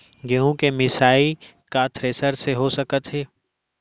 गेहूँ के मिसाई का थ्रेसर से हो सकत हे?